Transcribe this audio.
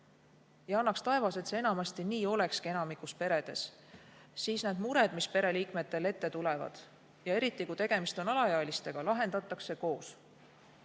– annaks taevas, et see enamasti nii olekski – need mured, mis pereliikmetel ette tulevad, eriti kui tegemist on alaealistega, lahendatakse koos.